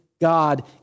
God